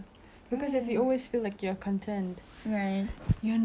you're not gonna progress and progress is like a big thing